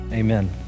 Amen